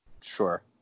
Sure